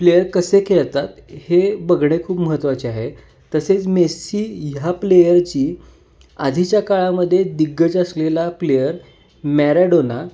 player कसे खेळतात हे बघणे खूप महत्त्वाचे हा तसेच मेस्सी ह्या प्लेयरची आधीच्या काळामध्ये दिग्गज असलेला प्लेयर मॅरॅडोना